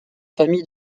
famille